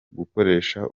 gukoresha